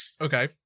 okay